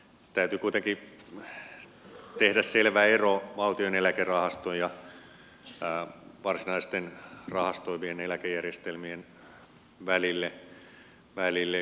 täytyy kuitenkin tehdä selvä ero valtion eläkerahaston ja varsinaisten rahastoivien eläkejärjestelmien välille